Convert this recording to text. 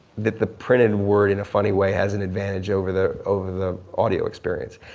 that the printed word in a funny way has an advantage over the over the audio experience.